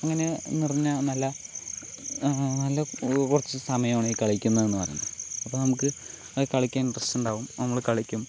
അങ്ങനെ നിറഞ്ഞ നല്ല നല്ല കുറച്ച് സമയമാണ് ഈ കളിക്കുന്നതെന്ന് പറഞ്ഞാൽ അപ്പോൾ നമുക്ക് കളിക്കാൻ ഇൻട്രസ്റ്റ് ഉണ്ടാവും നമ്മൾ കളിക്കും